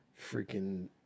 freaking